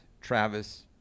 Travis